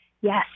Yes